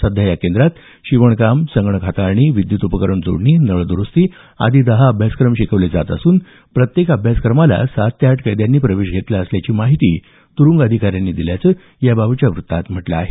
सध्या या केंद्रात शिवणकाम संगणक हाताळणी विद्युत उपकरणजोडणी नळदुरुस्ती आदी दहा अभ्यासक्रम शिकवले जात असून प्रत्येक अभ्यासक्रमाला सात ते आठ कैद्यांनी प्रवेश घेतला असल्याची माहिती तुरुंग अधिकाऱ्यांनी दिल्याचं याबाबतच्या वृत्तात म्हटलं आहे